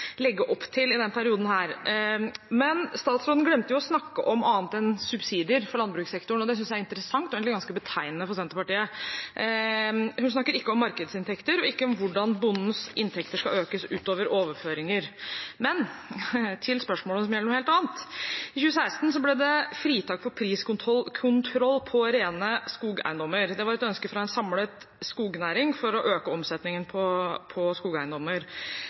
snakke om annet enn subsidier for landbrukssektoren, og det synes jeg er interessant og egentlig ganske betegnende for Senterpartiet. Hun snakker ikke om markedsinntekter, og ikke om hvordan bondens inntekter skal økes utover overføringer. Til spørsmålet, som gjelder noe helt annet: I 2016 ble det fritak for priskontroll på rene skogeiendommer. Det var et ønske fra en samlet skognæring for å øke omsetningen av skogeiendommer. Hva ønsker regjeringen å oppnå ved å skulle innføre priskontroll på skogeiendommer